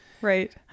Right